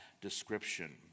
description